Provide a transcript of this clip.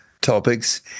topics